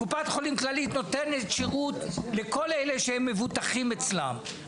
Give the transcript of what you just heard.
קופת חולים כללית נותנת שירות לכל אלה שמבוטחים אצלם.